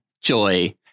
Joy